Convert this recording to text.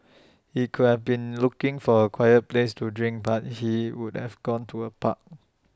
he could have been looking for A quiet place to drink but he would have gone to A park